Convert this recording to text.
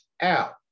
out